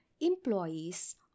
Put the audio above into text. employees